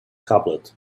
tablet